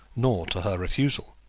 nor to her refusal.